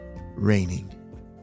raining